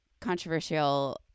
controversial